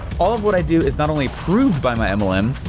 all of what i do is not only proved by my mlm,